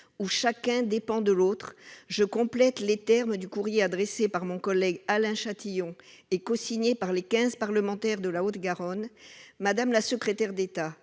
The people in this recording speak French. où chacun dépend de l'autre, je complète les termes du courrier adressé par mon collègue Alain Chatillon et cosigné par les quinze parlementaires de la Haute-Garonne. Madame la secrétaire d'État,